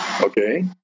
okay